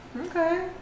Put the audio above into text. Okay